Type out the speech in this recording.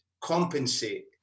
compensate